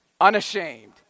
unashamed